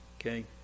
okay